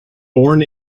born